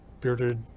Bearded